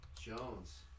jones